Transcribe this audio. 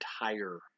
entire